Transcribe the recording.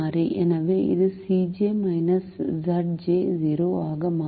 எனவே இது Cj Zj 0 ஆக மாறும்